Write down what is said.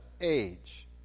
age